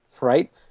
right